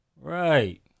Right